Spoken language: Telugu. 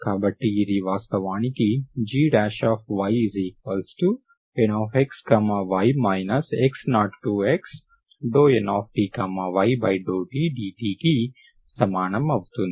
కాబట్టి ఇది వాస్తవానికి gyNxy x0x∂Nty∂t dt కి సమానం అవుతుంది